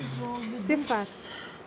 صِفر